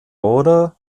order